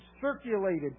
circulated